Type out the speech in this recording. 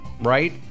right